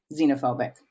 xenophobic